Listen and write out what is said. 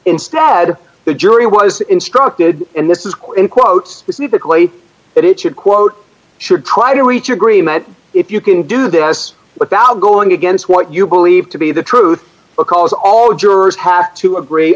instead the jury was instructed and this is quote unquote specifically that it should quote should try to reach agreement if you can do this without going against what you believe to be the truth because all the jurors have to agree